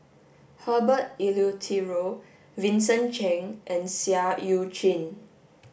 Herbert Eleuterio Vincent Cheng and Seah Eu Chin